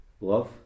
Love